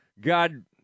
God